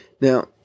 Now